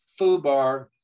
foobar